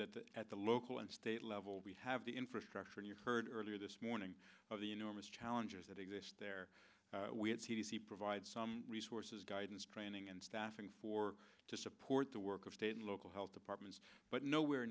that at the local and state level we have the infrastructure you've heard earlier this morning of the enormous challenges that exist there we provide some resources guidance training and staffing for to support the work of state and local health departments but nowhere